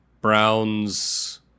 Browns